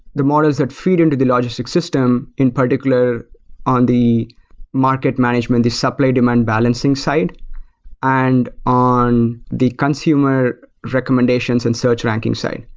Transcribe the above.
the morals that feed into the logistic system, and particular on the market management, the supply-demand balancing side and on the consumer recommendations and search ranking side.